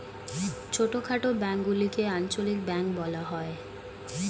ছোটখাটো ব্যাঙ্কগুলিকে আঞ্চলিক ব্যাঙ্ক বলা হয়